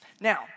Now